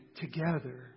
together